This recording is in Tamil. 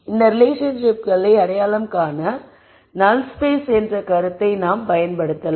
இந்த ரிலேஷன்ஷிப்களை அடையாளம் காண நல் ஸ்பேஸ் என்ற கருத்தை நாம் பயன்படுத்தலாம்